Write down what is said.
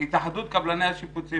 כל מערכת התאחדות קבלני השיפוצים